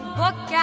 book